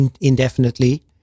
indefinitely